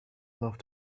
love